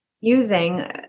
using